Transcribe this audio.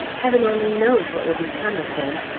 heaven only knows what will become of them.